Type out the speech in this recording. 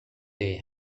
they